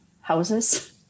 houses